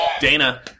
Dana